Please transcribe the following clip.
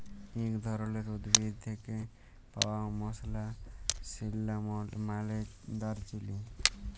ইক ধরলের উদ্ভিদ থ্যাকে পাউয়া মসলা সিল্লামল মালে দারচিলি